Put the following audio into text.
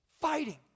fighting